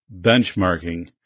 Benchmarking